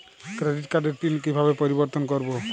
Credit কার্ডের PIN কিভাবে পরিবর্তন করবো?